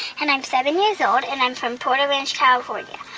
and i'm seven years old. and i'm from porter ranch, calif.